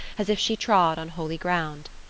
as if she trod on holy ground.